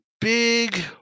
big